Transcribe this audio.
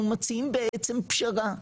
ומציעים בעצם פשרה,